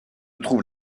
trouve